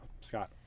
Scott